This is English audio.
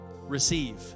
Receive